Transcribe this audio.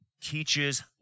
teaches